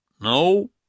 No